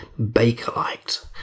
Bakelite